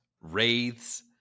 wraiths